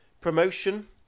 Promotion